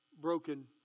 broken